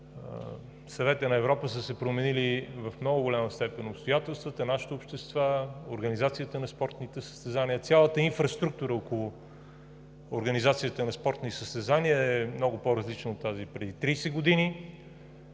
Съвета на Европа, са се променили в много голяма степен обстоятелствата. Нашите общества, организацията на спортните състезания, цялата инфраструктура около организацията на спортни състезания е много по-различна от тази опреди 30 години.